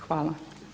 Hvala.